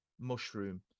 Mushroom